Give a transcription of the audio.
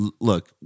Look